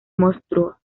monstruo